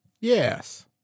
Yes